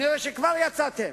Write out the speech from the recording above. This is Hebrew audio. אני רואה שכבר יצאתם.